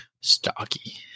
stocky